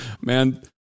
man